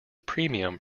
premium